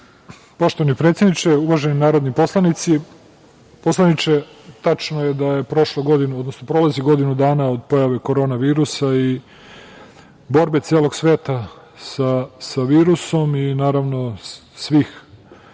Poštovani predsedniče, uvaženi narodni poslaniče, tačno je da prolazi godinu dana od pojave korona virusa i borbe celog sveta sa virusom i naravno svih